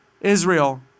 Israel